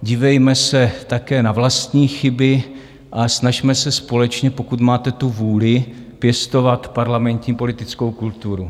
Dívejme se také na vlastní chyby a snažme se společně, pokud máte tu vůli pěstovat parlamentní politickou kulturu.